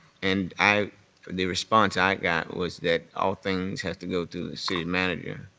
and i the response i got was that all things have to go through the city manager,